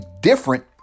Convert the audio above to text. different